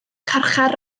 carchar